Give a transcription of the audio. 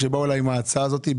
כשבאו אליי עם ההצעה הזו,